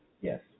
Yes